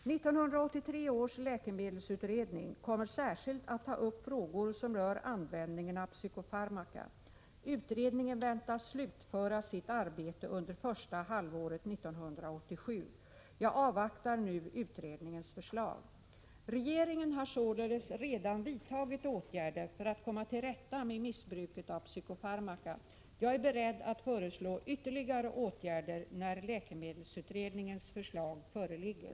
1983 års läkemedelsutredning kommer särskilt att ta upp frågor som rör användningen av psykofarmaka. Utredningen väntas slutföra sitt arbete under första halvåret 1987. Jag avvaktar nu utredningens förslag. Regeringen har således redan vidtagit åtgärder för att komma till rätta med missbruket av psykofarmaka. Jag är beredd att föreslå ytterligare åtgärder när läkemedelsutredningens förslag föreligger.